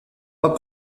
pas